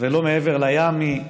ולא מעבר לים היא,